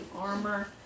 armor